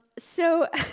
so,